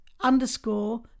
underscore